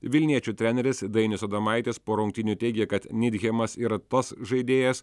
vilniečių treneris dainius adomaitis po rungtynių teigė kad nidhemas yra tas žaidėjas